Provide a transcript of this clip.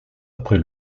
après